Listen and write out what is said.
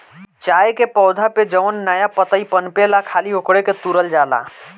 चाय के पौधा पे जवन नया पतइ पनपेला खाली ओकरे के तुरल जाला